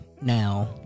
now